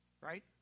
right